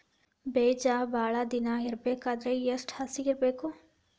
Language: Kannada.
ಬೇಜ ಭಾಳ ದಿನ ಇಡಬೇಕಾದರ ಎಷ್ಟು ಹಸಿ ಇರಬೇಕು?